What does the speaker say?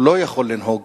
הוא לא יכול לנהוג